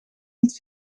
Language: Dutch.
niet